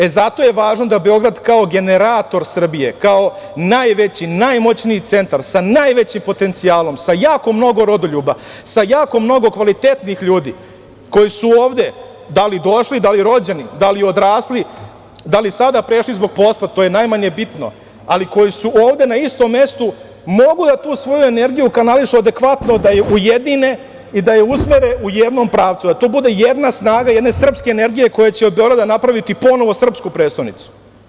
E, zato je važno da Beograd, kao generator Srbije, kao najveći, najmoćniji centar, sa najvećim potencijalom, sa jako mnogo rodoljuba, sa jako mnogo kvalitetnih ljudi koji su ovde da li došli, da li rođeni, da li odrasli, da li sada prešli zbog posla, to je najmanje bitno, ali koji su ovde na istom mestu, mogu da tu svoju energiju kanališu adekvatno, da je ujedine i da je usmere u jednom pravcu, da to bude jedna snaga, jedna srpska energija koja će od Beograda napraviti ponovo srpsku prestonicu.